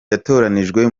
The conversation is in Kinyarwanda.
yatoranijwe